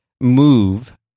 move